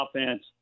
offense